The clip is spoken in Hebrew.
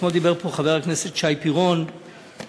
אתמול דיבר פה חבר הכנסת שי פירון ואמר